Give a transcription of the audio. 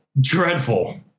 dreadful